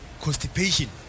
constipation